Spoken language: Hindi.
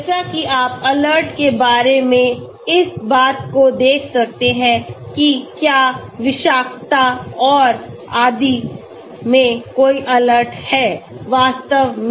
जैसा कि आप अलर्ट के बारे में इस बात को देख सकते हैं कि क्या विषाक्तता और आदि में कोई अलर्ट हैं वास्तव में